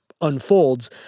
unfolds